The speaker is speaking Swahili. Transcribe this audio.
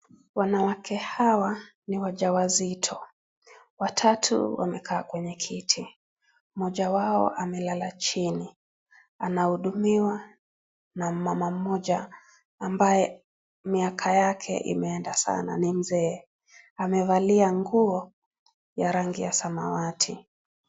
Wanawake hawa ni wajawazito, Watatu wamekaa kwenye kiti. Mmoja wao amelala chini. Anahudumiwa na mama mmoja ambaye miaka yake imeenda san,; ni mzee. Amevalia nguo ya rangi ya samawati.